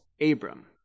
Abram